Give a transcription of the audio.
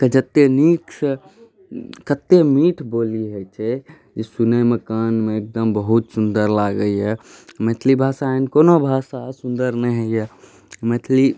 के जतेक नीकसँ कतेक मीठ बोली होइ छै जे सुनैमे कानमे एकदम बहुत सुन्दर लागैए मैथिली भाषा एहन कोनो भाषा सुन्दर नहि होइए मैथिली